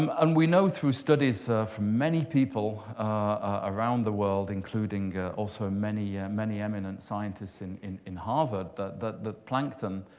um and we know through studies from many people around the world, including also many yeah many eminent scientists in in harvard, that the the plankton,